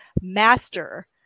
master